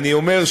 בעיני,